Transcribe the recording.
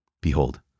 Behold